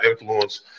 influence